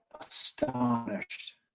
astonished